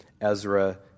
Ezra